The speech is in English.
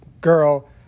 girl